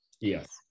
Yes